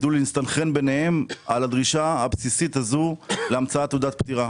ידעו להסתנכרן ביניהם על הדרישה הבסיסית הזאת להמצאת תעודת פטירה.